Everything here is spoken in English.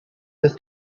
this